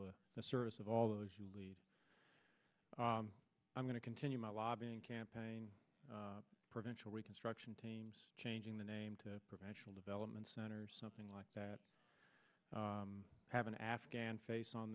of the service of all those you lead i'm going to continue my lobbying campaign provincial reconstruction teams changing the name to professional development centers something like that have an afghan face on